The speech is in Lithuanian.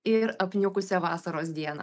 ir apniukusią vasaros dieną